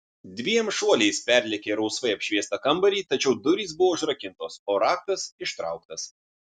dviem šuoliais perlėkė rausvai apšviestą kambarį tačiau durys buvo užrakintos o raktas ištrauktas